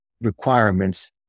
requirements